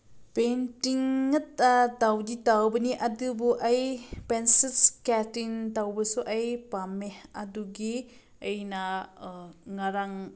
painting ꯅꯠꯇ ꯇꯧꯗꯤ ꯇꯧꯕꯅꯤ ꯑꯗꯨꯕꯨ ꯑꯩ ꯄꯦꯟꯁꯤꯜ ꯏꯁꯀꯦꯠꯇꯤꯡ ꯇꯧꯕꯁꯨ ꯑꯩ ꯄꯥꯝꯃꯤ ꯑꯗꯨꯒꯤ ꯑꯩꯅ ꯉꯔꯥꯡ